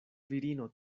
virino